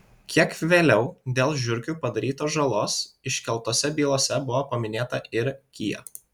kiek vėliau dėl žiurkių padarytos žalos iškeltose bylose buvo paminėta ir kia